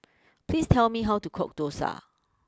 please tell me how to cook Dosa